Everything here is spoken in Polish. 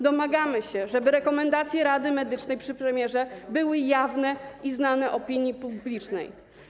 Domagamy się, żeby rekomendacje Rady Medycznej przy premierze były jawne i znane opinii publicznej.